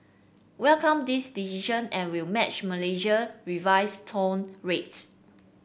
welcome this decision and will match Malaysia revised toll rates